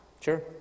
Sure